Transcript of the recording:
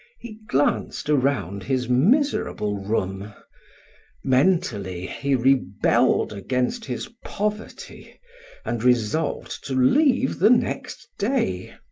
he glanced around his miserable room mentally he rebelled against his poverty and resolved to leave the next day.